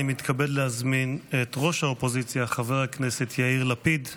אני מתכבד להזמין את ראש האופוזיציה חבר הכנסת יאיר לפיד,